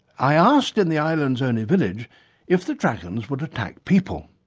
i asked in the island's only village if the dragons would attack people.